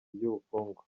ry’ubukungu